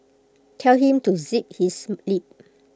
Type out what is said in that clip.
tell him to zip his lip